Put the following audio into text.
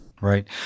Right